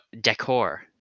decor